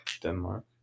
Denmark